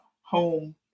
home